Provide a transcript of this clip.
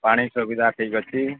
ପାଣି ସୁବିଧା ଠିକ୍ ଅଛି